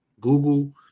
Google